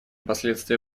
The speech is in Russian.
последствия